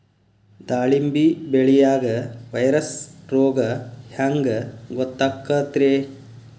ದಾಳಿಂಬಿ ಬೆಳಿಯಾಗ ವೈರಸ್ ರೋಗ ಹ್ಯಾಂಗ ಗೊತ್ತಾಕ್ಕತ್ರೇ?